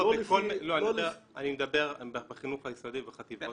אבל לא לפי --- אני מדבר בחינוך היסודי ובחטיבות הביניים.